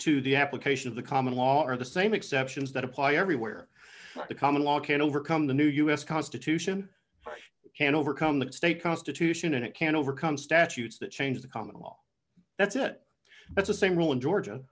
the application of the common law are the same exceptions that apply everywhere the common law can't overcome the new u s constitution can't overcome the state constitution and it can't overcome statutes that change the common law that's it that's the same rule in georgia